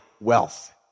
wealth